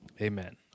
Amen